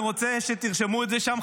אני רוצה שתרשמו את זה שם,